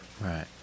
right